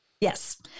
Yes